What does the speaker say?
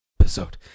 episode